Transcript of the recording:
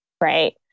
right